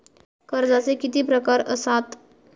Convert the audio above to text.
कर्जाचे किती प्रकार असात?